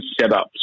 setups